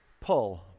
pull